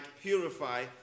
purify